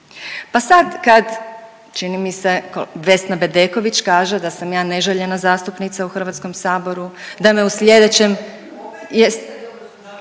Pa sad kad čini mi se Vesna Bedeković kaže da sam ja neželjena zastupnica u HS-u, da me u sljedećem